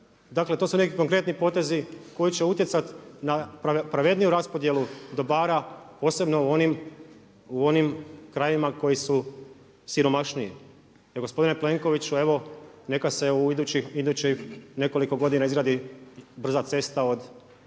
Dakle, to su neki konkretni potezi koji će utjecati na pravedniju raspodjelu dobara posebno u onim krajevima koji su siromašniji. I gospodine Plenkoviću evo neka se u idućih nekoliko godina izgradi brza cesta od